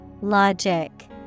Logic